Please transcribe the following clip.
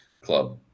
club